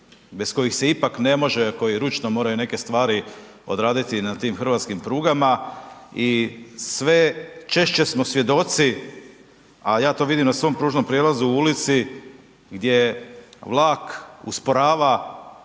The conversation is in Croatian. bez kojih se ipak ne može, koji ručno moraju neke stvari odraditi na tim hrvatskim prugama i sve češće smo svjedoci, a ja to vidim na svom pružnom prijelazu u ulici gdje vlak usporava